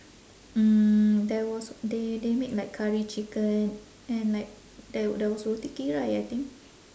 mm there was they they made like curry chicken and like there there was roti kirai I think